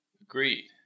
Agreed